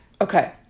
Okay